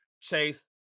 chase